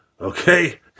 Okay